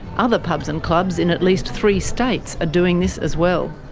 other pubs and clubs in at least three states are doing this as well.